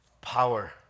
power